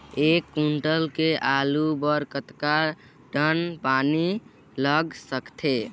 एक एकड़ के आलू बर कतका टन पानी लाग सकथे?